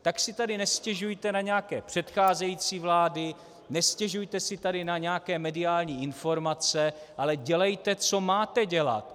Tak si tady nestěžujte na nějaké předcházející vlády, nestěžujte si tady na nějaké mediální informace, ale dělejte, co máte dělat.